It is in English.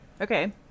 Okay